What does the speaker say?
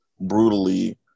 brutally